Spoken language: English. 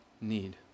need